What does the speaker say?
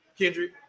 Kendrick